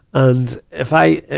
and if i,